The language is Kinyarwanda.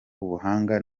ubuhanga